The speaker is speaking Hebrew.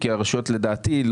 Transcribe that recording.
לדעתי,